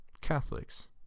Catholics